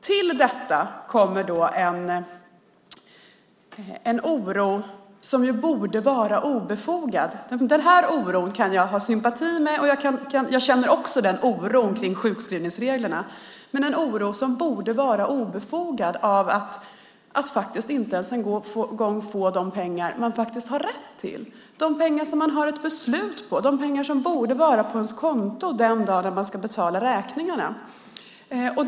Till detta kommer en oro som borde vara obefogad. Den oron kan jag ha sympati med. Jag känner också oron kring sjukskrivningsreglerna. Men detta är en oro som borde vara obefogad. Det handlar om att inte ens få de pengar man har rätt till, de pengar som man har ett beslut på, de pengar som borde vara på ens konto den dag man ska betala räkningarna.